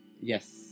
Yes